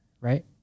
right